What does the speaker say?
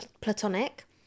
platonic